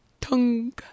Tongue